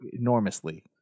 enormously